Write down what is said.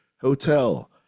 hotel